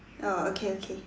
oh okay okay